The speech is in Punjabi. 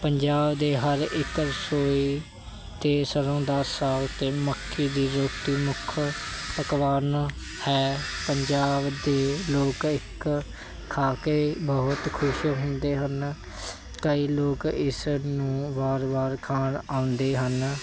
ਪੰਜਾਬ ਦੇ ਹਰ ਇੱਕ ਰਸੋਈ ਅਤੇ ਸਰ੍ਹੋਂ ਦਾ ਸਾਗ ਅਤੇ ਮੱਕੀ ਦੀ ਰੋਟੀ ਮੁੱਖ ਪਕਵਾਨ ਹੈ ਪੰਜਾਬ ਦੇ ਲੋਕ ਇੱਕ ਖਾ ਕੇ ਬਹੁਤ ਖੁਸ਼ ਹੁੰਦੇ ਹਨ ਕਈ ਲੋਕ ਇਸ ਨੂੰ ਵਾਰ ਵਾਰ ਖਾਣ ਆਉਂਦੇ ਹਨ